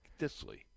Disley